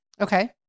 Okay